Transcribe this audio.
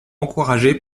encouragée